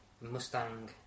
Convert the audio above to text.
Mustang